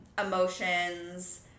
emotions